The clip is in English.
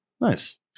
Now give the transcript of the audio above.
nice